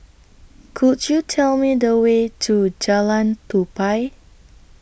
Could YOU Tell Me The Way to Jalan Tupai